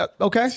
okay